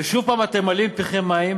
ושוב אתם ממלאים את פיכם מים